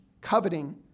coveting